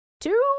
two